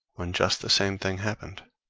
when just the same thing happened.